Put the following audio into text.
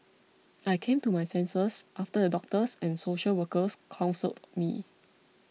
I came to my senses after the doctors and social workers counselled me